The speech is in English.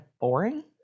boring